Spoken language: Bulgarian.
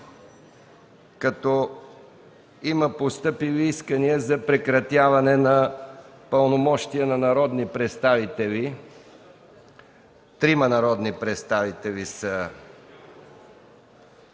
Има постъпили искания за прекратяване на пълномощия на народни представители – трима народни представители са